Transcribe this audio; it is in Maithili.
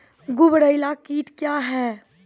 गुबरैला कीट क्या हैं?